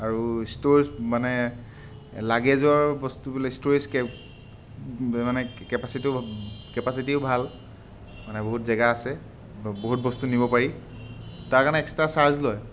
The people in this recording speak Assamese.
আৰু ষ্ট'ৰেজ মানে লাগেজৰ বস্তু ষ্ট'ৰেজৰ কেপ মানে কেপাচিটিও ভাল মানে বহুত জেগা আছে বহুত বস্তু নিব পাৰি তাৰ কাৰণে এক্সট্ৰা চাৰ্জ লয়